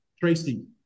Tracy